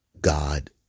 God